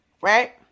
Right